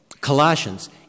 Colossians